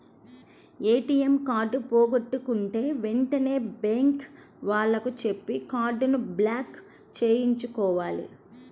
ATM card పోగొట్టుకుంటే వెంటనే bank వాళ్లకి చెప్పి కార్డుని బ్లాక్ చేయించుకోవాలి